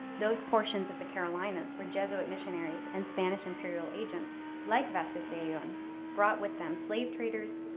those portions of the carolinas where jesuit missionaries and spanish imperial agents like vazquez de ayllon brought with them slave traders,